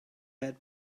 had